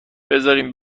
بذارین